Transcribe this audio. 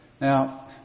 Now